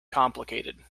complicated